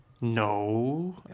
No